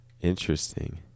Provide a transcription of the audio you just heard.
Interesting